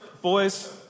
Boys